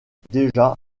déjà